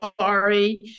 sorry